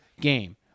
game